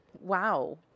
Wow